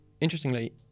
interestingly